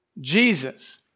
Jesus